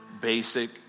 basic